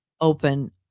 open